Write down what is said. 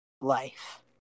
life